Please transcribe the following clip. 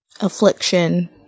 Affliction